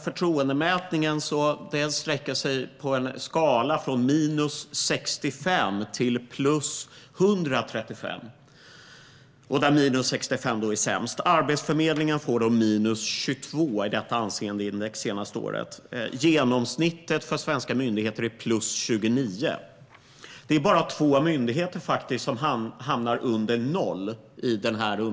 Förtroendemätningen sträcker sig över en skala från minus 65 till plus 135, där minus 65 är sämst. Arbetsförmedlingen fick minus 22 i det senaste årets anseendeindex. Genomsnittet för svenska myndigheter är plus 29. Det är faktiskt bara två myndigheter som hamnar under noll.